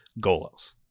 golos